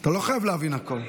אתה לא חייב להבין הכול.